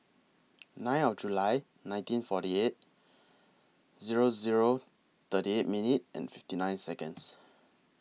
nine of Jul nineteen forty eight Zero Zero thirty eight minutes fifty nine Seconds